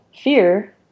fear